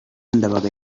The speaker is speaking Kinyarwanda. ndabaga